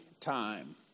time